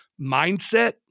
mindset